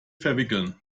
verwickeln